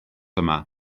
yma